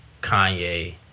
Kanye